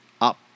up